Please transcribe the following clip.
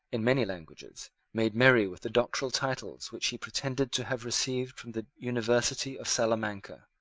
in many languages, made merry with the doctoral title which he pretended to have received from the university of salamanca,